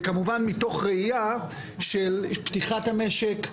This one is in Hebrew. וכמובן מתוך ראייה של פתיחת המשק,